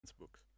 books